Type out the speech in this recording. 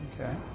Okay